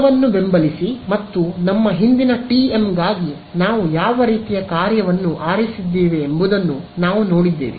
ಬಲವನ್ನು ಬೆಂಬಲಿಸಿ ಮತ್ತು ನಮ್ಮ ಹಿಂದಿನ ಟಿಎಮ್ಗಾಗಿ ನಾವು ಯಾವ ರೀತಿಯ ಕಾರ್ಯವನ್ನು ಆರಿಸಿದ್ದೇವೆ ಎಂಬುದನ್ನು ನಾವು ನೋಡಿದ್ದೇವೆ